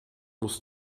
musst